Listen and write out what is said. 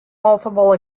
multiple